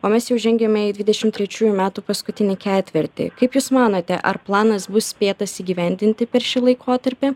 o mes jau žengiame į dvidešim trečiųjų metų paskutinį ketvirtį kaip jūs manote ar planas bus spėtas įgyvendinti per šį laikotarpį